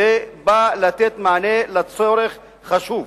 זה בא לתת מענה לצורך חשוב,